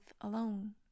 alone